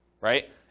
right